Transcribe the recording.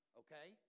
okay